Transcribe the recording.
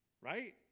Right